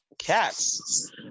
cats